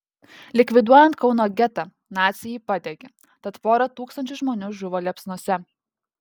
likviduojant kauno getą naciai jį padegė tad pora tūkstančių žmonių žuvo liepsnose